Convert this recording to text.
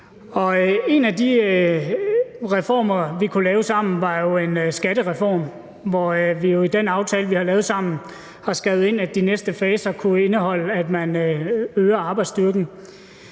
En af de reformer, vi kunne lave sammen, var jo en skattereform, og i den aftale, vi har lavet sammen, har vi skrevet ind, at de næste faser kunne indeholde, at man øger arbejdsstyrken.